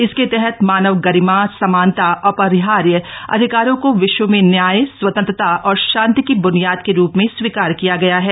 इसके तहत मानव गरिमा समानता और अपरिहार्य अधिकारों को विश्व में न्याय स्वतंत्रता और शांति की ब्नियाद के रूप में स्वीकार किया गया है